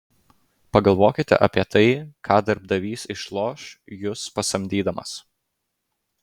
pagalvokite apie tai ką darbdavys išloš jus pasamdydamas